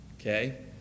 Okay